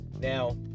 Now